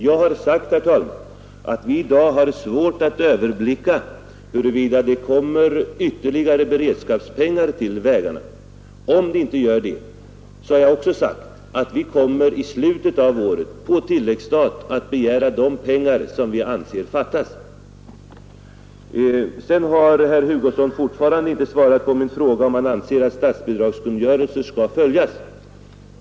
Jag har sagt, herr talman, att vi i dag har svårt att överblicka huruvida det kommer ytterligare beredskapspengar till vägarna. Jag har också sagt att om så inte sker kommer vi i slutet av året att på tilläggsstat begära de pengar som vi anser fattas. Sedan har herr Hugosson fortfarande inte svarat på min fråga om han anser att statsbidragskungörelser skall följas.